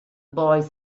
boy